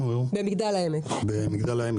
במגדל העמק,